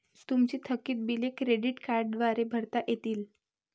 तुमची थकीत बिले क्रेडिट कार्डद्वारे भरता येतील